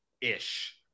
ish